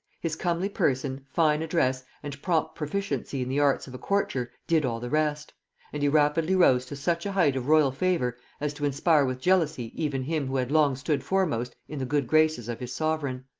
his comely person, fine address, and prompt proficiency in the arts of a courtier, did all the rest and he rapidly rose to such a height of royal favor as to inspire with jealousy even him who had long stood foremost in the good graces of his sovereign.